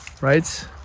right